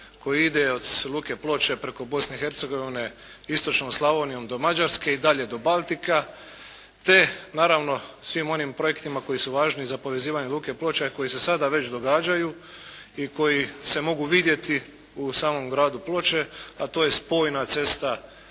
koji ide od Luke Ploče preko Bosne i Hercegovine, istočnom Slavonijom do Mađarske i dalje do Baltika, te naravno svim onim projektima koji su važni za povezivanje Luke Ploče koji se sada već događaju i koji se mogu vidjeti u samom gradu Ploče, a to je spojna cesta